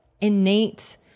innate